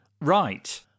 Right